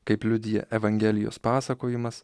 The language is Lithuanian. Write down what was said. kaip liudija evangelijos pasakojimas